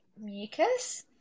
mucus